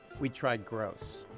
we'd tried gross.